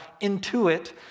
intuit